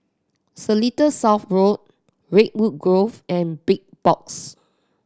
Seletar South Road Redwood Grove and Big Box